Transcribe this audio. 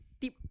tip